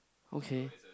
okay